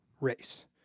race